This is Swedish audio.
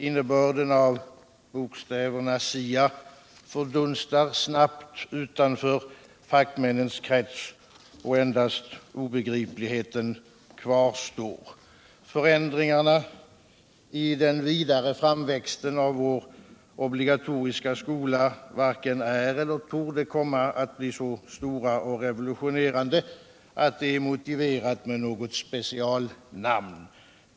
Innebörden av bokstäverna SIA fördunstar snabbt utanför fackmiinnens krets, och endast obegripligheten kvarstår. Förändringarna it den vidare framväxteno av vår obligatoriska skola varken är elter torde bli så stora och revolutionerande ati det vore motiverat med ett specialnamn.